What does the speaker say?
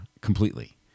completely